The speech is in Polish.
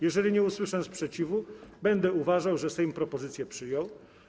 Jeżeli nie usłyszę sprzeciwu, będę uważał, że Sejm propozycję przyjął.